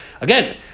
Again